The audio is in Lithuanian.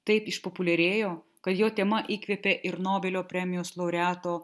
taip išpopuliarėjo kad jo tema įkvėpė ir nobelio premijos laureato